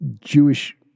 Jewish